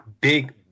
big